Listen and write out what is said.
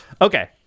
Okay